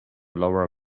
laura